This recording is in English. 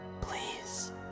Please